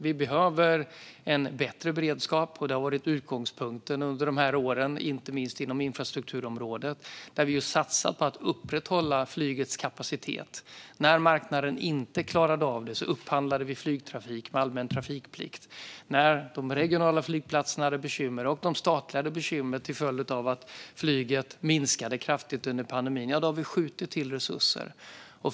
Vi behöver en bättre beredskap. Det har varit utgångspunkten under de här åren, inte minst inom infrastrukturområdet där vi satsat på att upprätthålla flygets kapacitet. När marknaden inte klarade av det upphandlade vi flygtrafik med allmän trafikplikt. När de regionala flygplatserna - och de statliga - hade bekymmer till följd av att flyget minskade kraftigt under pandemin sköt vi till resurser.